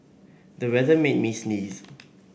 the weather made me sneeze